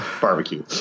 barbecue